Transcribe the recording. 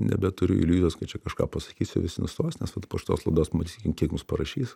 nebeturiu iliuzijos kad čia kažką pasakysiu visi nustos nes vat po šitos laidos matysim kiek mums parašys